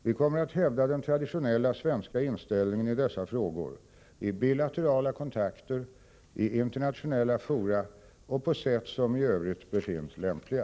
Vi kommer att hävda den traditionella svenska inställningen i dessa frågor i bilaterala kontakter, i internationella fora och på sätt som i övrigt befinns lämpliga.